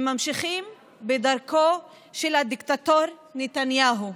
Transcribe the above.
הם ממשיכים בדרכו של הדיקטטור נתניהו.